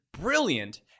brilliant